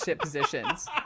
positions